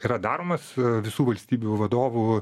yra daromas visų valstybių vadovų